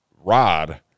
Rod